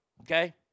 Okay